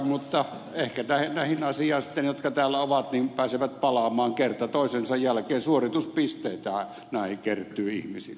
mutta ehkä näihin asioihin ne jotka täällä ovat pääsevät palaamaan kerta toisensa jälkeen suorituspisteitä kertyi ihmiset